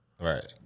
Right